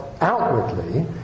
outwardly